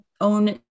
own